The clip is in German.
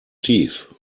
tief